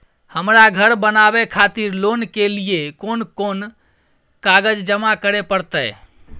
हमरा धर बनावे खातिर लोन के लिए कोन कौन कागज जमा करे परतै?